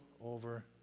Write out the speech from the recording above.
over